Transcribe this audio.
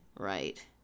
right